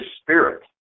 spirit